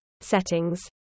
Settings